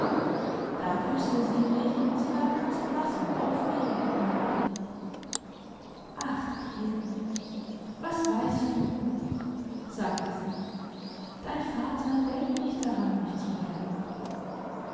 da küßte sie mich und sie war ganz blaß und aufgeregt merkte ich ach kind was weißt du sagte sie dein vater denkt nicht daran mich zu heiraten